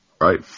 right